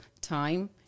time